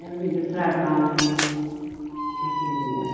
اور بھی دوسرا کام ہے دیکھ لیجیے آپ